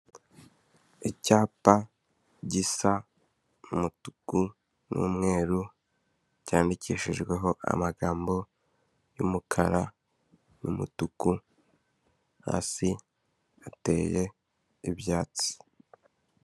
Icyapa gisa nk'umutuku n'umweru cyandikishijweho amagambo y'umukara n'umutuku hasi hateye ibyatsi.